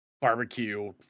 barbecue